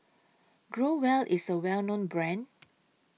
Growell IS A Well known Brand